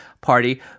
Party